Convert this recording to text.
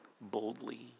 boldly